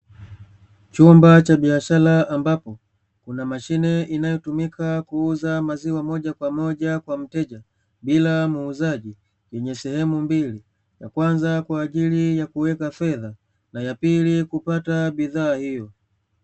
Chumba cha biashara ambapo kuna mashine inayotumika kuuza maziwa moja kwa moja kwa mteja bila muuzaji yenye sehemu mbili; ya kwanza kwa ajili ya kuweka fedha na ya pili kupata bidhaa hiyo.